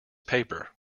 paper